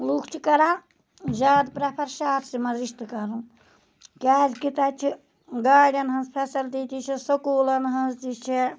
لُکھ چھِ کَران زیاد پرٮ۪فر شَہرسے مَنٛز رِشتہٕ کَرُن کیازکہِ تَتہِ چھِ گاڈیٚن ہٕنٛز فیسَلٹِی تہِ چھِ سوٚکوٗلَن ہٕنٛز تہِ چھِ